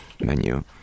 menu